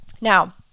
Now